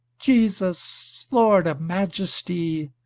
jesus, lord of majesty,